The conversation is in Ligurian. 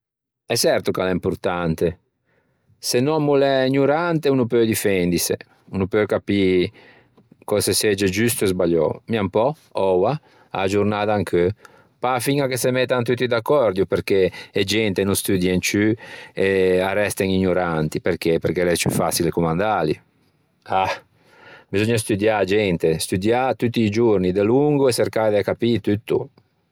E çerto ch'a l'é importante. Se un òmmo o l'é ignorante o no peu difendise o no peu capî cöse o segge giusto e sbaliou. Mia un pö oua, a-a giornâ d'ancheu pâ fiña che se mettan tutti d'accòrdio perché e gente no studien ciù e arresten ignoranti, perché l'é ciù façile commandâli. Ah, beseugna studiâ, gente studiâ tutti i giorni, delongo e çercâ de capî tutto.